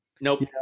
Nope